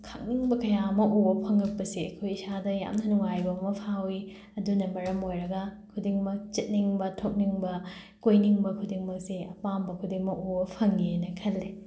ꯈꯪꯅꯤꯡꯕ ꯀꯌꯥ ꯑꯃ ꯎꯕ ꯐꯪꯉꯛꯄꯁꯦ ꯑꯩꯈꯣꯏ ꯏꯁꯥꯗ ꯌꯥꯝꯅ ꯅꯨꯡꯉꯥꯏꯕ ꯑꯃ ꯐꯥꯎꯏ ꯑꯗꯨꯅ ꯃꯔꯝ ꯑꯣꯏꯔꯒ ꯈꯨꯗꯤꯡꯃꯛ ꯆꯠꯅꯤꯡꯕ ꯊꯣꯛꯅꯤꯡꯕ ꯀꯣꯏꯅꯤꯡꯕ ꯈꯨꯗꯤꯡꯃꯛꯁꯦ ꯑꯄꯥꯝꯕ ꯈꯨꯗꯤꯡꯃꯛ ꯎꯕ ꯐꯪꯏꯑꯅ ꯈꯜꯂꯤ